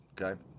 Okay